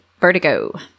Vertigo